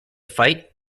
fight